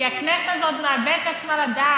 כי הכנסת הזאת מאבדת את עצמה לדעת,